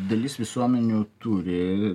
dalis visuomenių turi